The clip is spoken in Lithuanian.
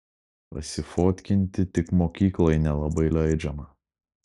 pasifotkinti tik mokykloj nelabai leidžiama